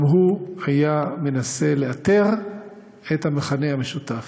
גם הוא היה מנסה לאתר את המכנה המשותף.